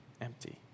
empty